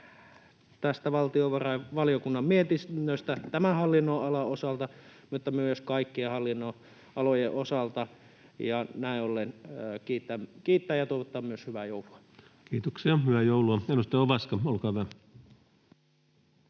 tästä valtiovarainvaliokunnan mietinnöstä tämän hallinnon-alan osalta mutta myös kaikkien hallinnonalojen osalta ja näin ollen kiittää ja toivottaa myös hyvää joulua. Kiitoksia, hyvää joulua! — Edustaja Ovaska, olkaa hyvä.